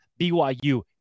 BYU